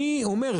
אני אומר,